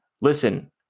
listen